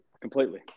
completely